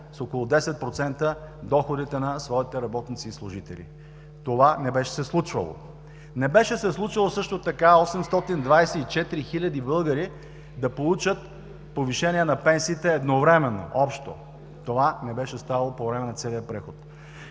с около 10% доходите на своите работници и служители. Това не беше се случвало. Не беше се случвало също така 824 хиляди българи да получат повишение на пенсиите едновременно общо. Това не беше ставало по време на целия преход.